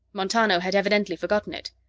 montano had evidently forgotten it.